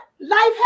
life